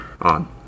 on